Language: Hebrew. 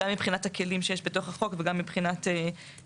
גם מבחינת הכלים שיש בתוך החוק וגם מבחינת כוח